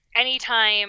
anytime